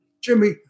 Jimmy